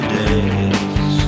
days